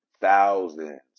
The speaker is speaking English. thousands